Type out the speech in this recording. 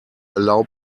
allow